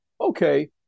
Okay